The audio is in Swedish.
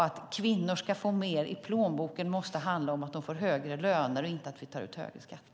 Att kvinnor ska få mer i plånboken måste handla om att de får högre löner och inte att vi tar ut högre skatter.